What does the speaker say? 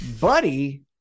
Buddy